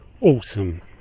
awesome